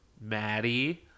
maddie